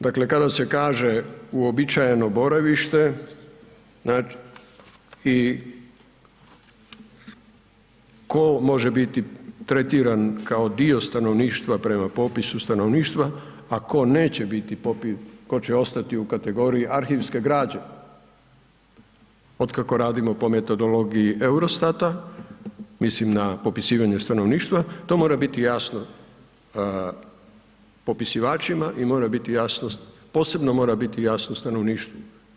Dakle kada se kaže uobičajeno boravište i ko može biti tretiran kao dio stanovništva prema popisu stanovništva a ko neće biti, ko će ostati u kategoriji arhivske građe, otkako radimo po metodologiji EUROSTAT-a, mislim na popisivanje stanovništva, to mora biti jasno popisivačima i mora biti jasno, posebno mora biti jasno stanovništvu.